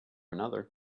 another